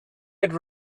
had